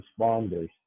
responders